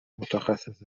متخصص